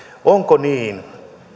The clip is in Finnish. onko niin